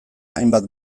hainbat